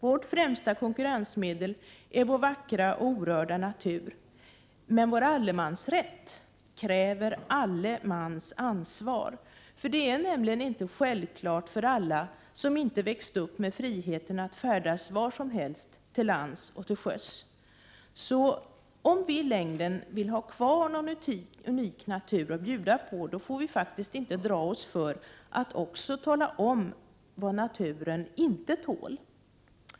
Vårt ffrämsta konkurrensmedel är vår vackra och orörda natur. Vår allemansrätt kräver emellertid alle mans ansvar. Det är nämligen inte självklart för alla som inte växt upp med friheten att färdas var som helst till lands och till sjöss. Om vi i längden vill ha kvar en unik natur att bjuda på, får vi inte dra oss för att också tala om vad naturen inte tål.